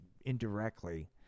indirectly